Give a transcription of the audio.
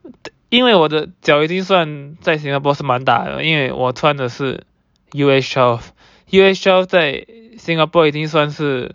因为我的脚已经算在 Singapore 是蛮大了因为我穿的是 U_S twelve U_S twelve 在 Singapore 已经算是